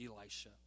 Elisha